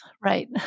right